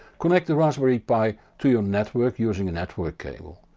connect the raspberry pi to your network using a network cable.